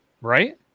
Right